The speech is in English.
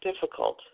difficult